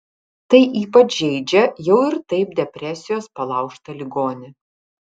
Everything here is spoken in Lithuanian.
tai ypač žeidžia jau ir taip depresijos palaužtą ligonį